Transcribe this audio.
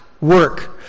work